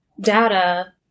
data –